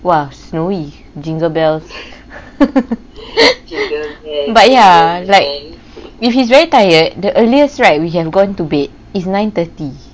!wah! snowy jingle bells but ya like if he's very tired the earliest right we have gone to bed is nine thirty